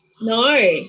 no